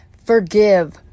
Forgive